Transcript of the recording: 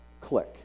Click